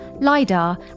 LIDAR